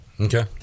okay